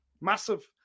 Massive